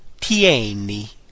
tieni